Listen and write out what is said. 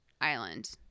Island